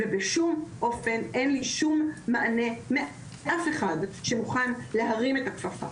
ובשום אופן אין לי שום מענה מאף אחד שמוכן להרים את הכפפה.